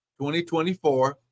2024